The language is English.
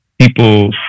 people